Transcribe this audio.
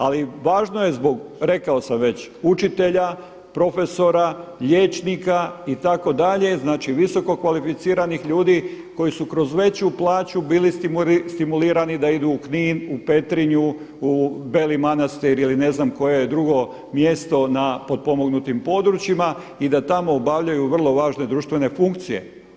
Ali važno je zbog rekao sam već učitelja, profesora, liječnika itd. znači visoko kvalificiranih ljudi koji su kroz veću plaću bili stimulirani da idu u Knin, u Petrinju, u Beli Manastir ili ne znam koje drugo mjesto na potpomognutim područjima i da tamo obavljaju vrlo važne društvene funkcije.